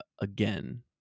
again